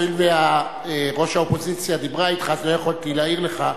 הואיל וראש האופוזיציה דיברה אתך אז לא יכולתי להעיר לך,